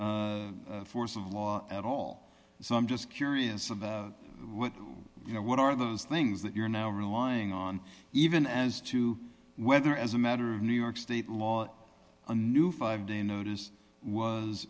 force of law at all so i'm just curious about what you know what are those things that you're now relying on even as to whether as a matter of new york state law a new five day notice was